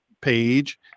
page